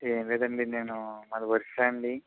ఏమిలేదండి నేను మాది ఒరిస్సా అండి